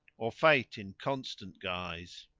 or fate in constant guise?